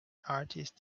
artist